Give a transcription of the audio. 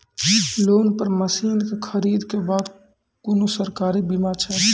Loan पर मसीनऽक खरीद के बाद कुनू सरकारी बीमा छै?